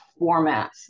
formats